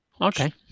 Okay